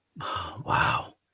Wow